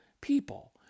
people